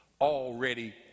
already